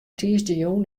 tiisdeitejûn